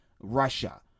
Russia